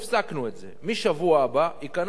מהשבוע הבא ייכנס לחשבונות הבנק,